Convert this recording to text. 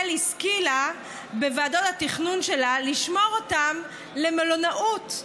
השכילה בוועדות התכנון שלה לשמור אותם למלונאות,